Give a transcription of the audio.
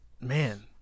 man